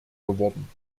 geworden